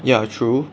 ya true